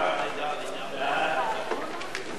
ההצעה להעביר את הצעת חוק הקמת מאגר